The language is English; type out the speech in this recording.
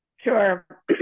Sure